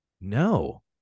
no